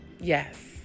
Yes